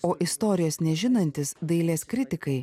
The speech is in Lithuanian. o istorijos nežinantys dailės kritikai